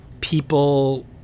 people